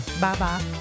Bye-bye